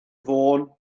fôn